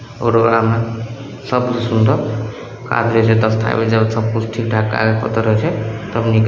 आओर ओकरामे सभसँ सुन्दर काज रहै छै दस्तावेज अगर सभकिछु ठीक ठाक कागज पत्तर रहै छै तब नीक